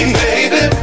baby